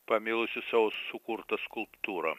pamilusi savo sukurtą skulptūrą